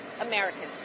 Americans